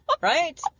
Right